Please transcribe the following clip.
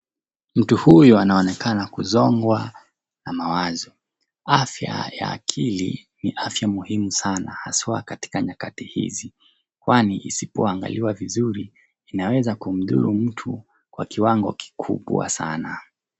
Mtu huyu anaonekana kusongwa na mawazo, afya ya akili ni afya muhimu sana haswa katika nyakati hizi kwani isipo angaliwa vizuri inaweza kumdhuru mtu kwa kiwango kikubwa sana.